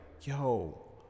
yo